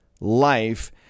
life